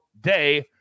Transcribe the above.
day